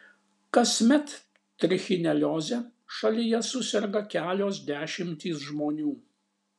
kasmet trichinelioze šalyje suserga kelios dešimtys žmonių